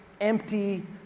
empty